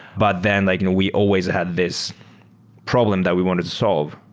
but then like and we always had this problem that we want to solve,